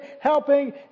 helping